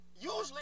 usually